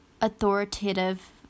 authoritative